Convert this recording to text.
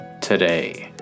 today